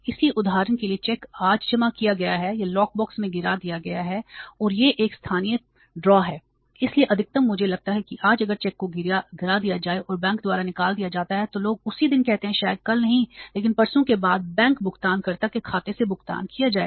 इसलिए उदाहरण के लिए चेक आज जमा किया गया है या लॉक बॉक्स खाते में जमा किया जाएगा